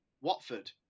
Watford